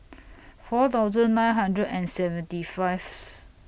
four thousand nine hundred and seventy five